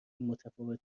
متفاوت